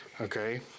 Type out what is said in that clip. Okay